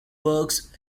works